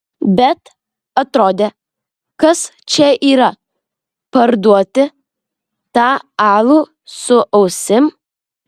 bet atrodė kas čia yra parduoti tą alų su ausim